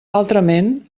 altrament